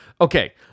okay